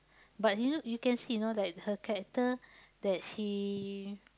but you know you can see you know like her character that she